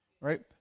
right